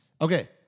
Okay